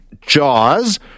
Jaws